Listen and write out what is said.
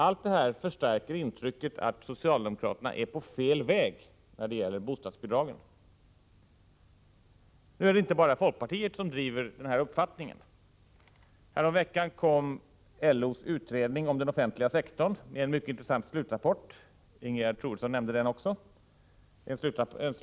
Allt detta förstärker intrycket att socialdemokraterna är på fel väg när det gäller bostadsbidragen. Nu är det inte bara folkpartiet som driver den här uppfattningen. Häromveckan kom LO:s utredning om den offentliga sektorn med en mycket intressant slutrapport — Ingegerd Troedsson nämnde den också.